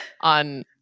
on